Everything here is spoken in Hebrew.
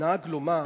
נהג לומר